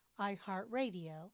iHeartRadio